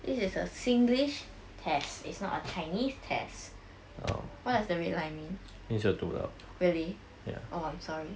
this is a singlish test is not a chinese tests what does the red line mean really oh I'm sorry